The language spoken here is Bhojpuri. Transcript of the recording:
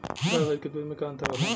गाय भैंस के दूध में का अन्तर होला?